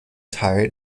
teil